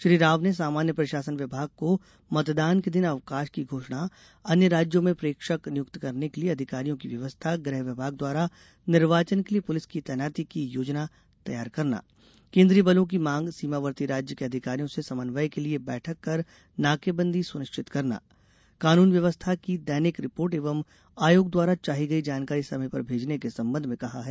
श्री राव ने सामान्य प्रशासन विभाग को मतदान के दिन अवकाश की घोषणा अन्य राज्यों में प्रेक्षक नियुक्त करने के लिये अधिकारियों की व्यवस्था गृह विभाग द्वारा निर्वाचन के लिए पुलिस की तैनाती की योजना तैयार करना केन्द्रीय बलों की मांग सीमावर्ती राज्य के अधिकारियों से समन्वय के लिये बैठक कर नाकेबंदी सुनिश्चित करना कानून व्यवस्था की दैनिक रिपोर्ट एवं आयोग द्वारा चाही गई जानकारी समय पर भेजने के संबंध में कहा है